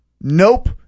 nope